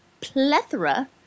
plethora